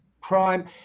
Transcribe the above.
crime